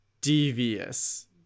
devious